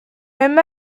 même